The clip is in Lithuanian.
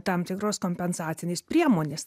tam tikros kompensacinės priemonės